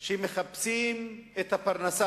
מה שעושים היום בפועל הוא שלוקחים